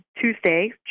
Tuesday